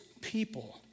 people